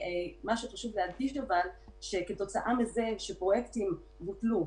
מה שחשוב להדגיש אבל הוא שכתוצאה מכך שפרויקטים בוטלו,